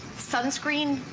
sunscreen,